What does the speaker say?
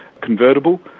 convertible